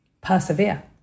persevere